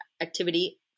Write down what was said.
activity